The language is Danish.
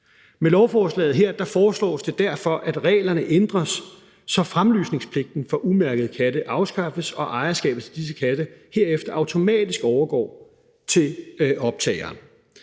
Med lovforslaget her foreslås det derfor, at reglerne ændres, så fremlysningspligten for umærkede katte afskaffes og ejerskabet til disse katte herefter automatisk overgår til optageren.